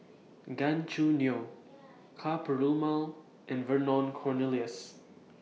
Gan Choo Neo Ka Perumal and Vernon Cornelius